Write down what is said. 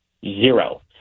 zero